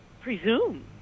presume